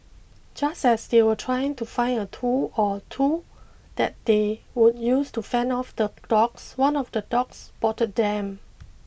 just as they were trying to find a tool or two that they would use to fend off the dogs one of the dogs spotted them